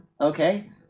Okay